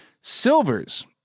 Silvers